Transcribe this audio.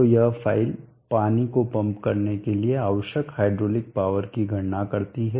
तो यह फ़ाइल पानी को पंप करने के लिए आवश्यक हाइड्रोलिक पावर की गणना करती है